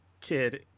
kid